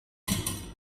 voz